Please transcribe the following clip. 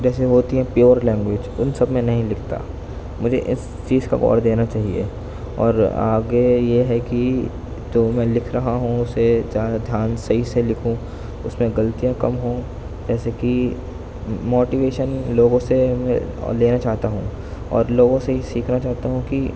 جیسے ہوتی ہیں پیور لینگوینج ان سب میں نہیں لکھتا مجھے اس چیز کا بور دینا چاہیے اور آگے یہ ہے کہ تو میں لکھ رہا ہوں اسے چاہے دھیان صحیح سے لکھوں اس میں غلطیاں کم ہوں جیسے کہ موٹیویشن لوگوں سے لینا چاہتا ہوں اور لوگوں سے ہی سیکھنا چاہتا ہوں کہ